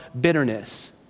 bitterness